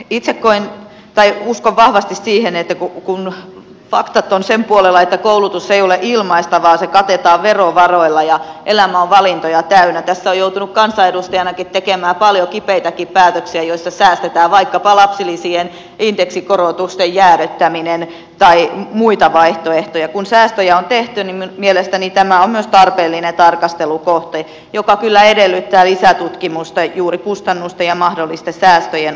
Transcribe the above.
itse uskon vahvasti siihen että kun faktat ovat sen puolella että koulutus ei ole ilmaista vaan se katetaan verovaroilla ja elämä on valintoja täynnä tässä on joutunut kansanedustajanakin tekemään paljon kipeitäkin päätöksiä joissa säästetään vaikkapa lapsilisien indeksikorotusten jäädyttämisen tai muita eri vaihtoehdoista ja kun säästöjä on tehty niin tämä on myös tarpeellinen tarkastelukohde joka kyllä edellyttää lisätutkimusta juuri kustannusten ja mahdollisten säästöjen osalta